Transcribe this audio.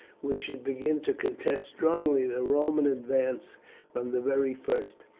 we should begin to contest strongly the roman advance from the very first.